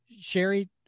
Sherry